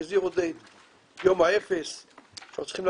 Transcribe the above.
בית החולים --- לשוק הרפואה בכלל,